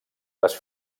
les